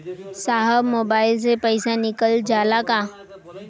साहब मोबाइल से पैसा निकल जाला का?